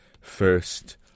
first